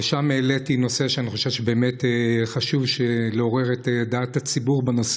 ושם העליתי נושא שאני חושב שבאמת חשוב לעורר את דעת הציבור אליו: